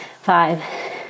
five